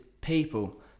people